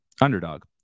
underdog